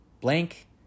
blank